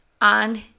on